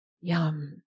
Yum